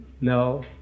No